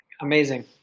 Amazing